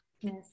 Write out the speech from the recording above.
Yes